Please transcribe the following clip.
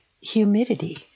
humidity